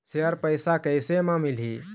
Share पैसा कैसे म मिलही?